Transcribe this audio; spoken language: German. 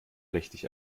richtig